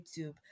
youtube